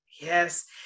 Yes